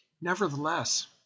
Nevertheless